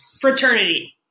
fraternity